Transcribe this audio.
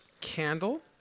candle